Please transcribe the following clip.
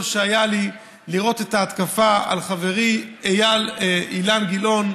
שהיה לי לראות את ההתקפה על חברי אילן גילאון,